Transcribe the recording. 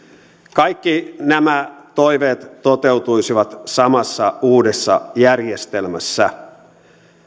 kaikki nämä toiveet toteutuisivat samassa uudessa järjestelmässä